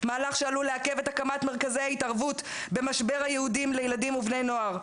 מהלך שעלול לעכב את הקמת מרכזי ההתערבות במשבר לילדים ובני נוער.